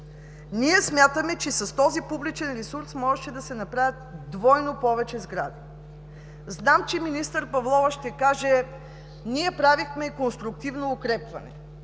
Ние смятаме, че с този публичен ресурс можеше да се направят двойно повече сгради. Знам, че министър Павлова ще каже: „Ние правихме конструктивно укрепване“.